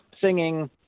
singing